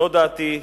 זאת דעתי,